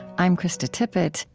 i'm krista tippett.